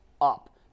up